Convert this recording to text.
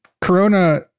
Corona